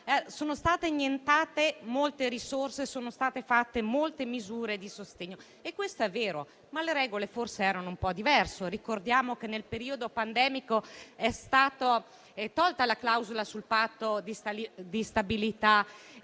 sono state iniettate molte risorse e introdotte molte misure di sostegno. Questo è vero, ma le regole forse erano un po' diverse. Ricordiamo che nel periodo pandemico è stata tolta la clausola sul Patto di stabilità